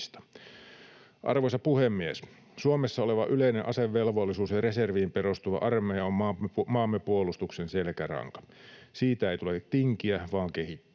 Arvoisa puhemies! Suomessa oleva yleinen asevelvollisuus ja reserviin perustuva armeija on maamme puolustuksen selkäranka. Siitä ei tule tinkiä vaan kehittää sitä.